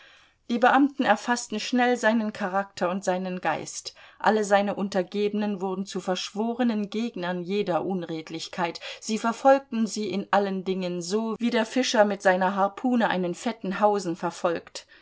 die beamten erfaßten schnell seinen charakter und seinen geist alle seine untergebenen wurden zu verschworenen gegnern jeder unredlichkeit sie verfolgten sie in allen dingen so wie der fischer mit seiner harpune einen fetten hausen verfolgt